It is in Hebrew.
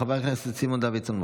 חבר הכנסת סימון דוידסון,